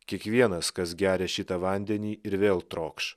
kiekvienas kas geria šitą vandenį ir vėl trokš